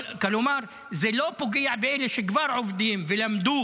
כלומר זה לא פוגע באלה שכבר עובדים ולמדו